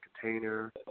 container